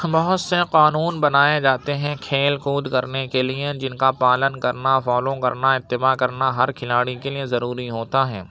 بہت سے قانون بنائے جاتے ہیں کھیل کود کرنے کے لیے جن کا پالن کرنا فالو کرنا اتباع کرنا ہر کھلاڑی کے لیے ضروری ہوتا ہے